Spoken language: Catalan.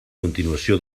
continuació